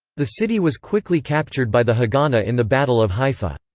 the city was quickly captured by the haganah in the battle of haifa.